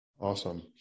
Awesome